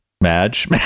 Madge